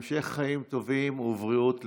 המשך חיים טובים ובריאות לכולם.